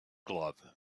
glove